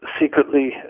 secretly